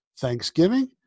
Thanksgiving